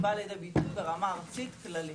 היא באה לידי ביטוי ברמה ארצית כללית.